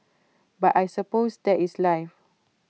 but I suppose that is life